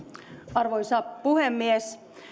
arvoisa puhemies